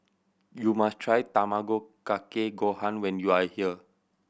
you must try Tamago Kake Gohan when you are here